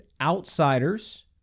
outsiders